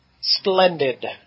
Splendid